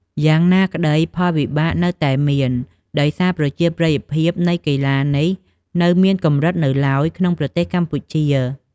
យ៉ាងណាក្ដីផលវិបាកនៅតែមាន ដោយសារប្រជាប្រិយភាពនៃកីឡានេះនៅមានកម្រិតនៅឡើយក្នុងប្រទេសកម្ពុជា។